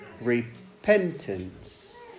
repentance